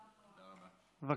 תודה רבה, חבר הכנסת יעקב אשר.